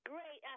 Great